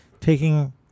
taking